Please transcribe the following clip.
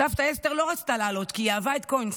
סבתא אסתר לא רצתה לעלות, כי היא אהבה את קוינסק.